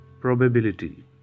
probability